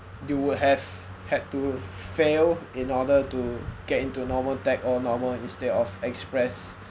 you would have had to fail in order to get into normal tech or normal instead of express